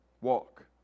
walk